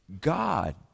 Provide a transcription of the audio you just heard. God